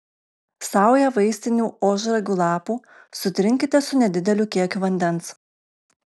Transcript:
saują vaistinių ožragių lapų sutrinkite su nedideliu kiekiu vandens